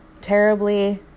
terribly